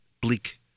bleak